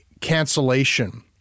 cancellation